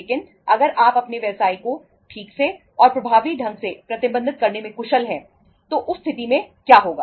लेकिन अगर आप अपने व्यवसाय को ठीक से और प्रभावी ढंग से प्रबंधित करने में कुशल हैं तो उस स्थिति में क्या होगा